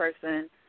person